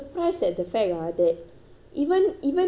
even even when he um